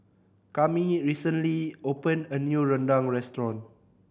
Kami recently opened a new rendang restaurant